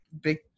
big